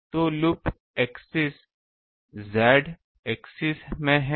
तो loop axis Z axis में है